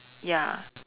ya